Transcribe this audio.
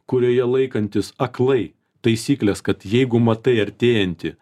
kurioje laikantis aklai taisyklės kad jeigu matai artėjantį